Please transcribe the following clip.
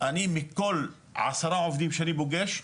אני מכל העשרה עובדים שאני פוגש,